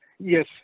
Yes